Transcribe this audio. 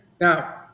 now